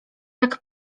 jak